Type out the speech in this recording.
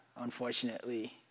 unfortunately